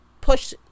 push